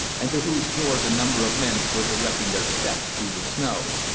and to whose door a number of men were directing their steps through the snow.